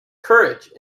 courage